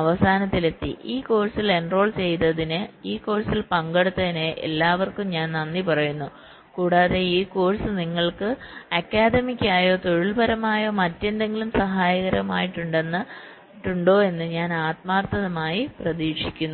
അവസാനത്തിലെത്തി ഈ കോഴ്സിൽ എൻറോൾ ചെയ്തതിന് ഈ കോഴ്സിൽ പങ്കെടുത്തതിന് എല്ലാവർക്കും ഞാൻ നന്ദി പറയുന്നു കൂടാതെ ഈ കോഴ്സ് നിങ്ങൾക്ക് അക്കാദമികമായോ തൊഴിൽപരമായോ മറ്റെന്തെങ്കിലും സഹായകരമായിട്ടുണ്ടെന്ന് ഞാൻ ആത്മാർത്ഥമായി പ്രതീക്ഷിക്കുന്നു